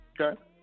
Okay